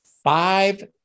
Five